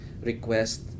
request